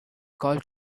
called